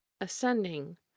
ascending